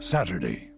Saturday